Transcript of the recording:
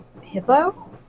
hippo